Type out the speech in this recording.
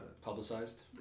publicized